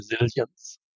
resilience